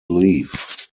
leave